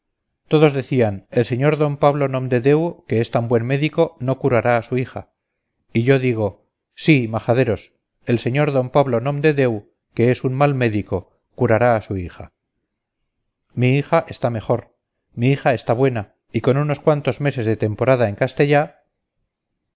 todos decían el sr d pablo nomdedeu que es tan buen médico no curará a su hija y yo digo sí majaderos el sr d pablo nomdedeu que es un mal médico curará a su hija mi hija está mejor mi hija está buena y con unos cuantos meses de temporada en castell